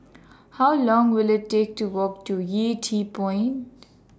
How Long Will IT Take to Walk to Yew Tee Point